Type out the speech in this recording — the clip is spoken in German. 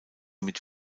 mit